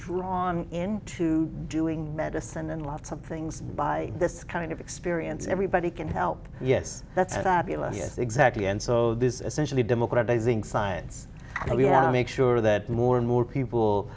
drawn in to doing medicine and lots of things by this kind of experience everybody can help yes that's exactly and so this essentially democratising science and we have to make sure that more and more people